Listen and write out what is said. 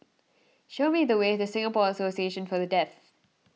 show me the way to Singapore Association for the Deaf